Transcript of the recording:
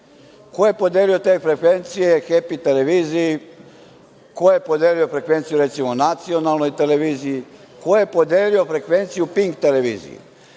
Ko je podelio te frekvencije Hepi telefiziji? Ko je podelio frekvencije, recimo nacionalnoj televiziji, ko je podelio frekvenciju PINK televiziji?